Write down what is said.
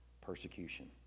persecution